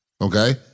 okay